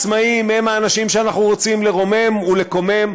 והעצמאים הם האנשים שאנחנו רוצים לרומם ולקומם.